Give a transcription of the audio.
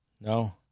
No